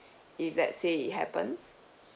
if let's say it happens